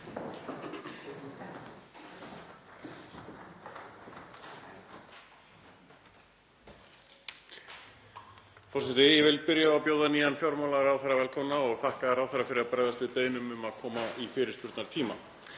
Forseti. Ég vil byrja á að bjóða nýjan fjármálaráðherra velkominn og þakka ráðherra fyrir að bregðast við beiðnum um að koma í fyrirspurnatíma.